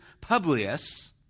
Publius